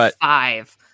five